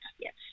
Yes